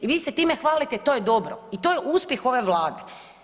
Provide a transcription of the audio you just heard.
I vi se time hvalite, to je dobro i to uspjeh ove Vlade.